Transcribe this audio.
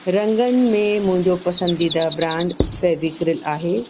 रंगनि में मुंहिंजो पसंदीदा ब्रांड फ़ेवीक्रिल आहे